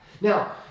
Now